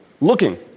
looking